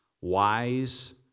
wise